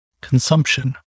consumption